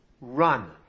Run